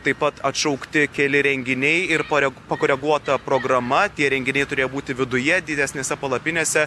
taip pat atšaukti keli renginiai ir parengti pakoreguota programa tie renginiai turėjo būti viduje didesnėse palapinėse